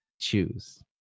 choose